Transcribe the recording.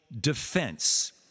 defense